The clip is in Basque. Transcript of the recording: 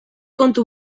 kontu